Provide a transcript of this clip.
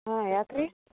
ಹ್ಞೂ ಯಾಕೆ ರೀ